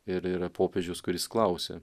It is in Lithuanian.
ir yra popiežius kuris klausia